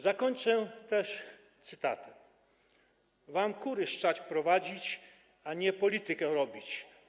Zakończę też cytatem: Wam kury szczać prowadzić, a nie politykę robić.